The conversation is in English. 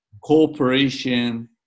cooperation